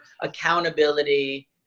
accountability